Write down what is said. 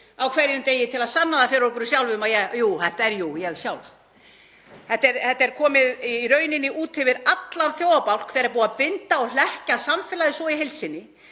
á hverjum degi til að sanna fyrir okkur sjálfum að jú, þetta er jú ég sjálf. Þetta er komið út yfir allan þjófabálk þegar búið er að binda og hlekkja samfélagið svo í heild sinni